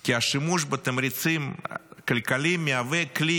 כי השימוש בתמריצים כלכליים מהווה כלי